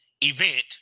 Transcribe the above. Event